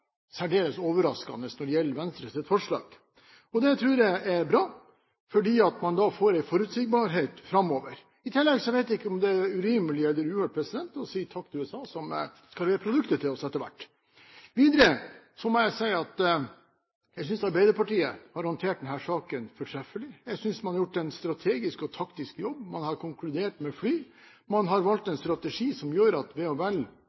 særdeles overraskende når det gjelder Venstres forslag. Det tror jeg er bra, fordi man da får en forutsigbarhet framover. I tillegg vet jeg ikke om det er urimelig eller uhørt å si takk til USA, som skal levere produktet til oss etter hvert. Videre må jeg si at jeg synes Arbeiderpartiet har håndtert denne saken fortreffelig. Jeg synes man har gjort en strategisk og taktisk jobb. Man har konkludert med fly. Man har valgt en strategi som gjør at ved